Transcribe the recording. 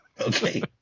Okay